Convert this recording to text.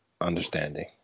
understanding